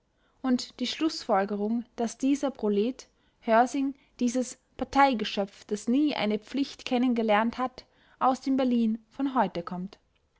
und die schlußfolgerung daß dieser prolet hörsing dieses parteigeschöpf das nie eine pflicht kennen gelernt hat aus dem berlin von heute kommt